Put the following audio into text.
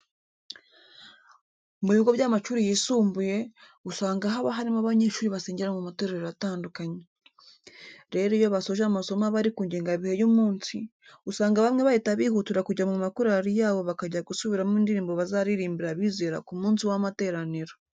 Mu bigo by'amashuri yisumbuye, usanga haba harimo abanyeshuri basengera mu matorero atandukanye. Rero iyo basoje amasomo aba ari ku ngengabihe y'umunsi, usanga bamwe bahita bihutira kujya mu makorari yabo bakajya gusubiramo indirimbo bazaririmbira abizera ku munsi w'amateraniro.